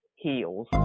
heels